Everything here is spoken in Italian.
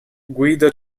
guido